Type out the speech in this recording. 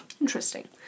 Interesting